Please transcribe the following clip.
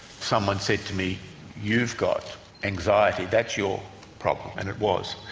someone said to me you've got anxiety, that's your problem and it was.